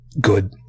good